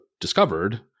discovered